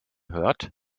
hört